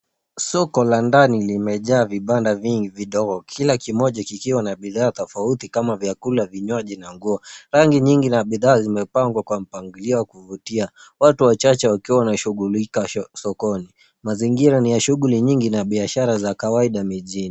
Soko la ndani limejaa vibanda vingi vidogo. Kila kimoja kikiwa na bidhaa tofauti kama vyakula, vinywaji na nguo. Rangi nyingi na bidhaa zimepangwa kwa mpangilio wa kuvutia, watu wachache wakiwa wanashughulika sokoni. Mazingira ni ya shughuli nyingi na biashara za kawaida mijini.